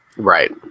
right